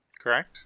correct